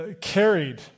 carried